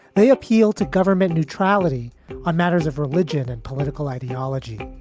they appeal to government neutrality on matters of religion. and political ideology,